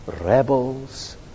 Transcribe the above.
Rebels